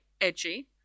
edgy